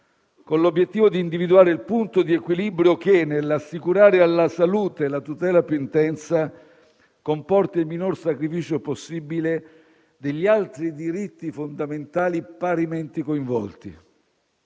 con l'obiettivo di individuare il punto di equilibrio che, nell'assicurare alla salute la tutela più intensa, comporti il minor sacrificio possibile degli altri diritti fondamentali parimenti coinvolti.